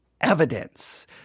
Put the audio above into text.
evidence